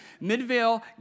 Midvale